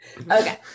Okay